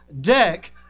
deck